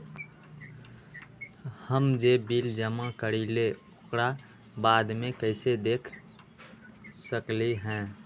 हम जे बिल जमा करईले ओकरा बाद में कैसे देख सकलि ह?